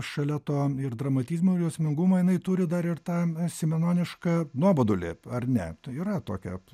šalia to ir dramatizmo ir jausmingumo jinai turi dar ir tą simenonišką nuobodulį ar ne yra tokia